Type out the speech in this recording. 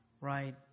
right